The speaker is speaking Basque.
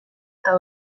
eta